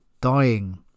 dying